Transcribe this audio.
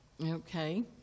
Okay